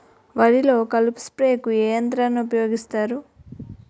వరిలో కలుపు స్ప్రేకు ఏ యంత్రాన్ని ఊపాయోగిస్తారు?